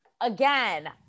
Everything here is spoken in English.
Again